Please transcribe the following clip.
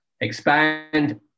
expand